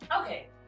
okay